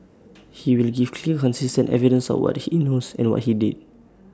he will give clear consistent evidence of what he knows and what he did